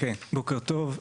כן, בוקר טוב.